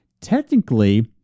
Technically